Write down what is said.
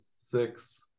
Six